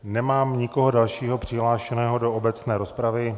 Nemám nikoho dalšího přihlášeného do obecné rozpravy.